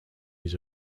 his